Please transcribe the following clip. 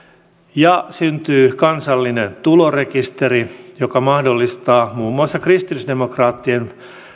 ja syntyy kansallinen tulorekisteri joka mahdollistaa muun muassa kristillisdemokraattien